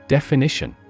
Definition